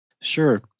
Sure